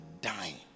dying